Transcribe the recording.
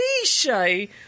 cliche